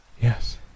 Yes